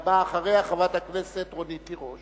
והבאה אחריה, חברת הכנסת רונית תירוש.